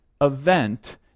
event